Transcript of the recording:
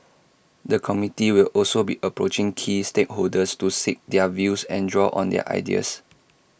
the committee will also be approaching key stakeholders to seek their views and draw on their ideas